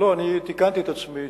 לא, אני תיקנתי את עצמי.